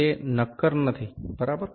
તે નક્કર નથી બરાબર